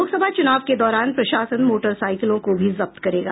लोकसभा चुनाव के दौरान प्रशासन मोटरसाइकिलों को भी जब्त करेगा